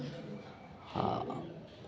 हँ